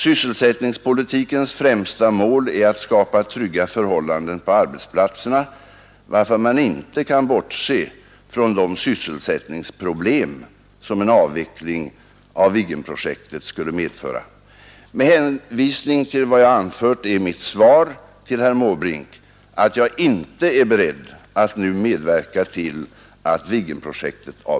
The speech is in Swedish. Sysselsättningspolitikens främsta mål är att skapa trygga förhållanden på arbetsplatserna varför man inte kan bortse från de sysselsättningsproblem som en avveckling av Viggenprojektet skulle medföra. Med hänvisning till vad jag anfört är mitt svar till herr Måbrink att jag